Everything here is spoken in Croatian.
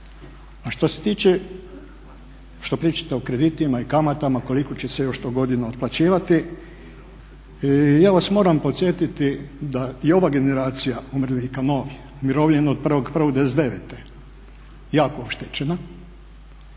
A što se tiče što pričate o kreditima i kamatama koliko će se još to godina otplaćivati ja vas moram podsjetiti da je ova generacija umirovljenika novih umirovljen od 1.1.'99. jako oštećena